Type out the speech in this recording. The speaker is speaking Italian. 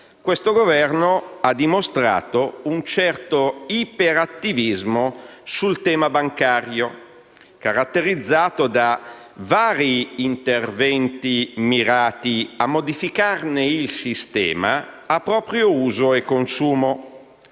questo Governo ha dimostrato un certo iperattivismo sul tema bancario, caratterizzato da vari interventi mirati a modificarne il sistema a proprio uso e consumo.